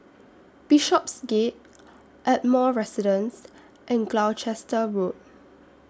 Bishopsgate Ardmore Residence and Gloucester Road